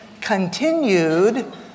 continued